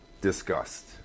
disgust